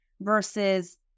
versus